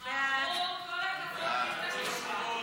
ההצעה להעביר את הצעת חוק תאגידי מים